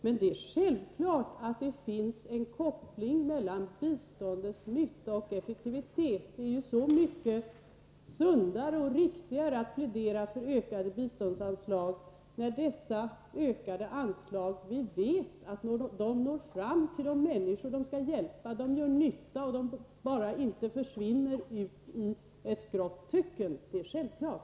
Men självfallet finns det en koppling mellan biståndets nytta och effektivitet. Det är ju så mycket sundare och riktigare att plädera för ökade biståndsanslag då vi vet att dessa ökade anslag når fram till de människor som skall hjälpas och gör nytta, och inte bara försvinner ut i ett grått töcken. Det är självklart.